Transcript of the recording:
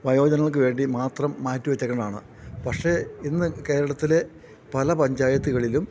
വയോജനങ്ങൾക്കു വേണ്ടി മാത്രം മാറ്റിവച്ചേക്കുന്നതാണ് പക്ഷേ ഇന്നു കേരളത്തിലെ പല പഞ്ചായത്തുകളിലും